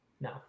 No